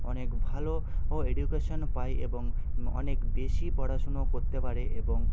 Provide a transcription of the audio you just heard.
অনেক ভালো এডুকেশন পায় এবং অনেক বেশি পড়াশুনা করতে পারে এবং